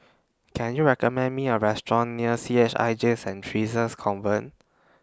Can YOU recommend Me A Restaurant near C H I J Saint Theresa's Convent